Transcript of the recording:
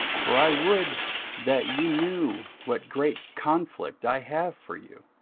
for i would that ye knew what great conflict i have for you,